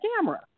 camera